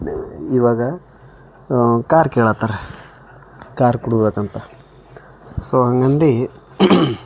ಇವಾಗ ಕಾರ್ ಕೇಳಾತ್ತಾರ ಕಾರ್ ಕೊಡ್ಬೇಕಂತ ಸೋ ಹಂಗಂದು